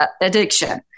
addiction